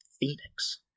Phoenix